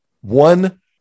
one